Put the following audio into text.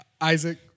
Isaac